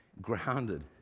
grounded